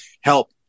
help